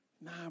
Nah